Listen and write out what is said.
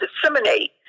disseminate